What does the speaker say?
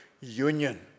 union